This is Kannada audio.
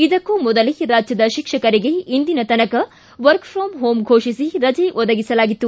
ಇದಕ್ಕೂ ಮೋದಲೇ ರಾಜ್ಯದ ಶಿಕ್ಷಕರಿಗೆ ಇಂದಿನ ತನಕ ವರ್ಕ್ ಫ್ರಂ ಹೋಮ್ ಫೋಷಿಸಿ ರಜೆ ಒದಗಿಸಲಾಗಿತ್ತು